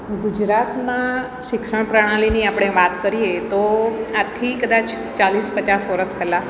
ગુજરાતમાં શિક્ષણ પ્રણાલીની આપણે વાત કરીએ તો આજથી કદાચ ચાલીસ પચાસ વરસ પહેલાં